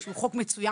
שהוא חוק מצוין,